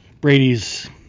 Brady's